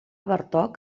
bartók